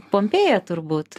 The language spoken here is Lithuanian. pompėja turbūt